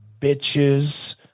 bitches